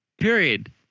Period